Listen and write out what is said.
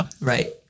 Right